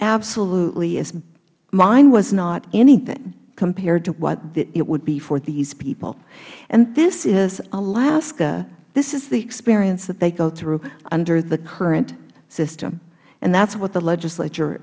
examined mine was not anything compared to what it would be for these people and this is alaska this the experience that they go through under the current system and that is what the legislature